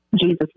Jesus